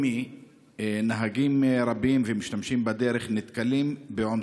נהגים רבים ומשתמשים בדרך נתקלים באופן